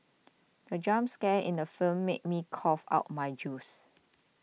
the jump scare in the film made me cough out my juice